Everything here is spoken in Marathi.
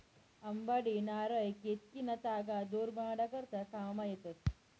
अंबाडी, नारय, केतकीना तागा दोर बनाडा करता काममा येतस